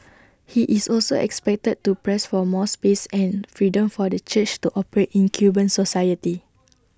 he is also expected to press for more space and freedom for the church to operate in Cuban society